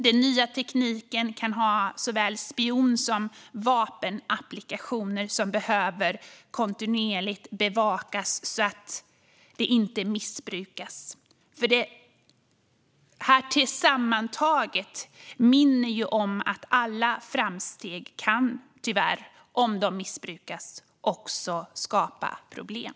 Den nya tekniken kan ha såväl spion som vapenapplikationer som kontinuerligt behöver bevakas så att de inte missbrukas. Detta sammantaget minner om att alla framsteg kan, tyvärr, om de missbrukas också skapa problem.